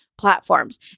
Platforms